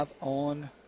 on